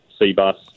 Seabus